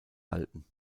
halten